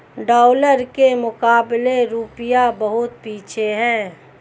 dollar के मुकाबले रूपया बहुत पीछे है